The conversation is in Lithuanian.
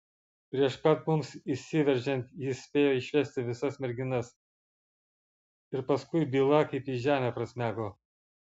prieš pat mums įsiveržiant jis spėjo išvesti visas merginas ir paskui byla kaip į žemę prasmego